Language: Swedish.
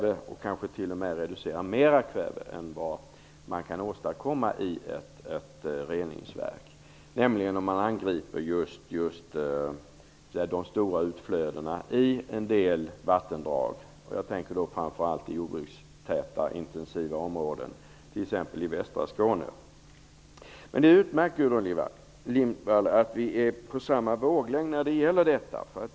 Det är metoder som kanske t.o.m. reducerar mer kväve än man kan åstadkomma i ett reningsverk, nämligen om man angriper de stora utflödena i en del vattendrag. Jag tänker då framför allt på jordbrukstäta och jordbruksintensiva områden, t.ex. i västra Skåne. Det är utmärkt, Gudrun Lindvall, att vi är på samma våglängd när det gäller detta.